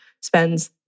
spends